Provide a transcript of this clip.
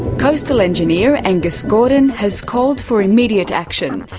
coastal engineer, angus gordon, has called for immediate action.